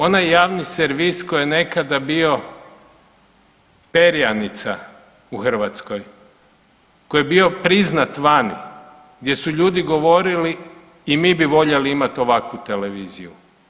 Onaj javni servis koji je nekada bio perjanica u Hrvatskoj, koji je bio priznat vani, gdje su ljudi govorili i mi bi voljeli imati ovakvu televiziju.